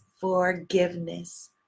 forgiveness